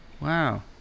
Wow